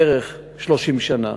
בערך 30 שנה.